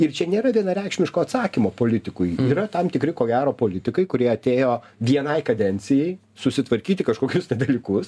ir čia nėra vienareikšmiško atsakymo politikui yra tam tikri ko gero politikai kurie atėjo vienai kadencijai susitvarkyti kažkokius ta dalykus